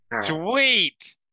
Sweet